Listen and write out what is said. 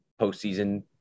postseason